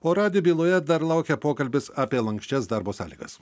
o radijo byloje dar laukia pokalbis apie lanksčias darbo sąlygas